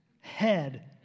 head